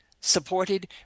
supported